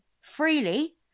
freely